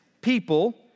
people